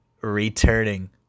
Returning